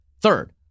Third